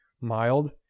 mild